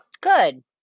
Good